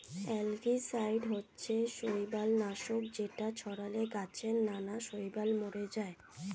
algicide হচ্ছে শৈবাল নাশক যেটা ছড়ালে গাছে নানা শৈবাল মরে যায়